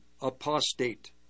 apostate